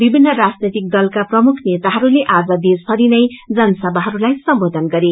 विभिन्न राजनैतिक दलाका प्रमुख नेताहरूले आज देशभरनै जनसभाहरूलाई सम्बोधन गरे